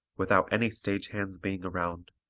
without any stage hands being around,